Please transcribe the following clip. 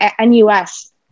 NUS